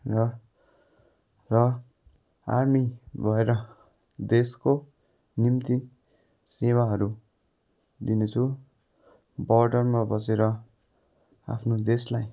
र र आर्मी भएर देशको निम्ति सेवाहरू दिनेछु बर्डरमा बसेर आफ्नो देशलाई